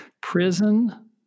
Prison